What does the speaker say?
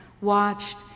watched